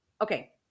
okay